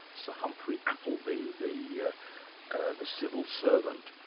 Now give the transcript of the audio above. sir humphrey appleby, the ah ah the civil servant,